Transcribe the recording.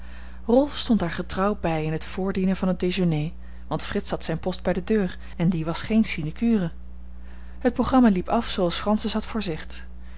rolf stond haar getrouw bij in het voordienen van het déjeuner want frits had zijn post bij de deur en die was geen sinecure het programma liep af zooals francis had